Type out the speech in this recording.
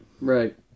Right